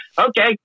Okay